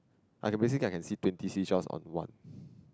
like basically I can see twenty seashell on one